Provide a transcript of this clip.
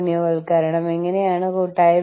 കൂടാതെ നിങ്ങൾ മറ്റ് സ്ഥലങ്ങളിലേക്ക് പോകുന്നു